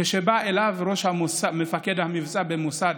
כשבא אליו מפקד המבצע במוסד,